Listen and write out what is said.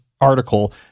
article